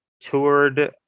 toured